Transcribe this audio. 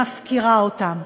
מפקירה אותם,